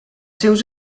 seus